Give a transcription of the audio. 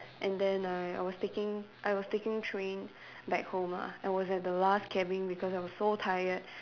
and then I I was taking I was taking train back home lah I was at the last cabin because I was so tired